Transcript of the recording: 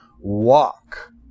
walk